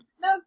No